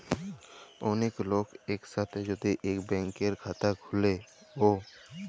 ওলেক লক এক সাথে যদি ইক ব্যাংকের খাতা খুলে ও